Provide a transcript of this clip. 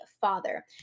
father